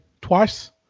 twice